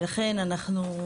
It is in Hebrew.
ולכן אנחנו,